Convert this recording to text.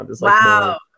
Wow